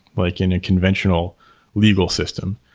like in a conventional legal system?